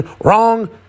wrong